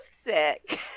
sick